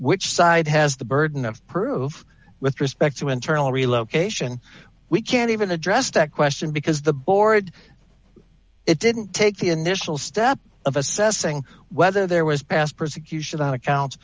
which side has the burden of proof with respect to internal relocation we can't even address that question because the board it didn't take the initial step of assessing whether there was past persecution on